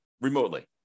remotely